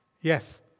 Yes